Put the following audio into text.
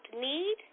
need